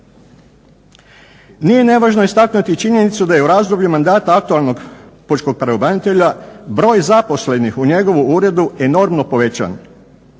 Nije nevažno istaknuti činjenicu da je u razdoblju mandata aktualnog pučkog pravobranitelja broj zaposlenih u njegovu uredu enormno povećan.